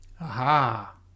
aha